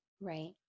Right